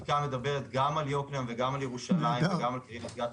שמדברת גם על יוקנעם וגם על ירושלים וגם על קריית גת.